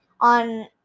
on